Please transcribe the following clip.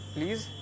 Please